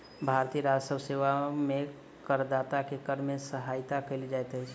भारतीय राजस्व सेवा में करदाता के कर में सहायता कयल जाइत अछि